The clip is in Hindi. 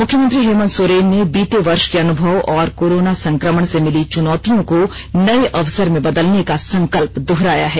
मुख्यमंत्री हेमंत सोरेन ने बीते वर्ष के अनुभव और कोरोना संक्रमण से मिली चुनौतियों को नए अवसर में बदलने का संकल्प दुहराया है